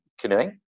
canoeing